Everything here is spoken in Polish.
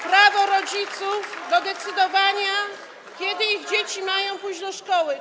Prawo rodziców do decydowania, kiedy ich dzieci mają pójść do szkoły.